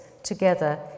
together